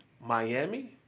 Miami